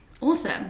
awesome